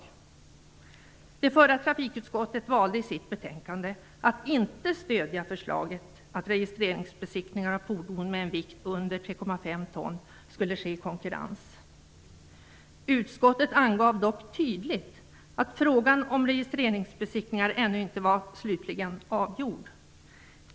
De som satt i trafikutskottet under förra mandatperioden valde i sitt betänkande att inte stödja förslaget om att registreringsbesiktningar av fordon med en vikt under 3,5 ton skulle ske i konkurrens. Utskottet angav dock tydligt att frågan om registreringsbesiktningar ännu inte var slutgiltigt avgjord.